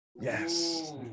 Yes